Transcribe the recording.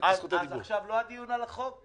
עכשיו לא הדיון על הצעת החוק?